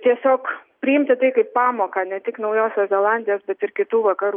tiesiog priimti tai kaip pamoką ne tik naujosios zelandijos bet ir kitų vakarų